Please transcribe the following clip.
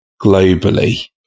globally